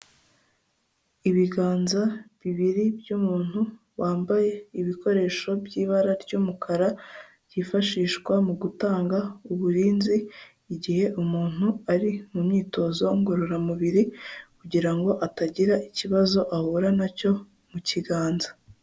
Ibiganza bibiri by'umuntu wambaye ibikoresho by'ibara ry'umukara byifashishwa mu gutanga uburinzi igihe umuntu ari mu myitozo ngororamubiri kugira ngo atagira ikibazo ahura na cyo mu kiganza.